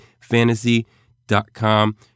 fantasy.com